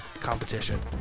competition